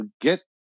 get